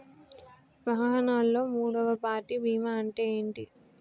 వాహనాల్లో మూడవ పార్టీ బీమా అంటే ఏంటి?